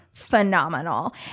phenomenal